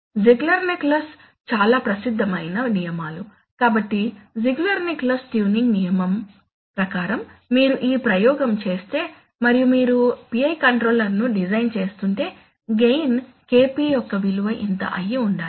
Ziegler Nichols చాలా ప్రసిద్ధ మైన నియమాలు కాబట్టి జిగ్లెర్ నికోలస్ ట్యూనింగ్ నియమం ప్రకారం మీరు ఈ ప్రయోగం చేస్తే మరియు మీరు PI కంట్రోలర్ను డిజైన్ చేస్తుంటే గెయిన్ Kp యొక్క విలువ ఇంత అయి ఉండాలి